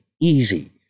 easy